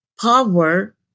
power